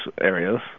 areas